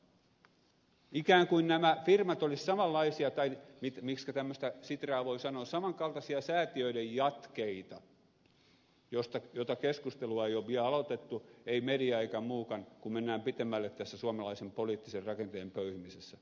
ikään kuin nämä firmat olisivat samanlaisia tai miksi tämmöistä sitraa voi sanoa säätiöiden jatkeita mitä keskustelua ei ole vielä aloitettu ei media eikä muukaan kun mennään pitemmälle tässä suomalaisen poliittisen rakenteen pöyhimisessä